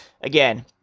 again